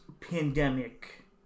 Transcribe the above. pandemic